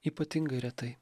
ypatingai retai